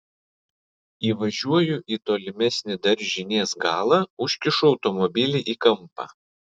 įvažiuoju į tolimesnį daržinės galą užkišu automobilį į kampą